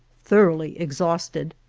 thoroughly exhausted,